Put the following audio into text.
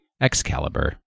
Excalibur